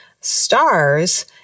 stars